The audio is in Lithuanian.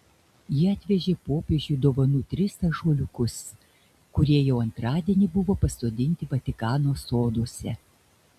jie atvežė popiežiui dovanų tris ąžuoliukus kurie jau antradienį buvo pasodinti vatikano soduose